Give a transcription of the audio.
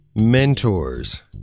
Mentors